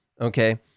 okay